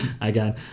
Again